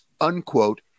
unquote